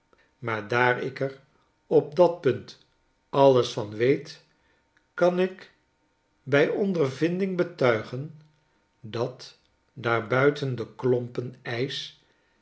maar daar ik er op dat punt alles van weet kan ik bij ondervinding betuigen dat daarbuiten de klompen ijs